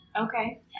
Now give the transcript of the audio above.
Okay